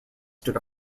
stood